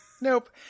Nope